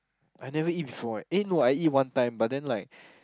I never eat before eh eh no I eat one time but then like